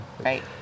right